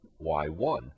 y1